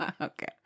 Okay